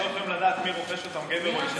הם לא יכולים לדעת מי רוכש אותם, גבר או אישה.